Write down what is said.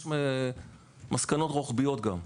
יש מסקנות רוחביות גם.